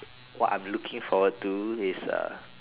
what I'm looking forward to is a